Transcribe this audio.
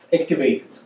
activated